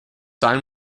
sign